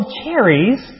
cherries